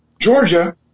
Georgia